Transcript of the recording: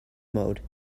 mode